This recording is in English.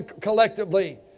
collectively